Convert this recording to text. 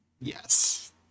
yes